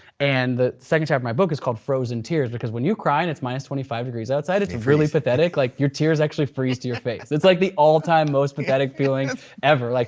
and the second chapter of my book is called frozen tears because when you cry and it's minus twenty five degrees outside, it's really pathetic, like your tears actually freeze to your face. it's like the all time most pathetic feeling ever. like